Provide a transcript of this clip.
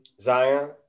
Zion